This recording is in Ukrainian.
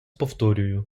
повторюю